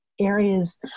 areas